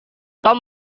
tom